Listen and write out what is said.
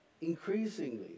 increasingly